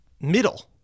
middle